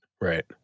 Right